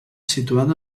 situada